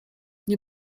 nie